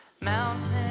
Mountains